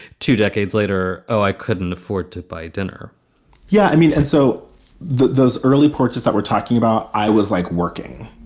two decades later, oh, i couldn't afford to buy dinner yeah. i mean, and so those early porches that we're talking about, i was like working.